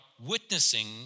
witnessing